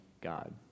God